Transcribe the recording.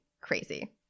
crazy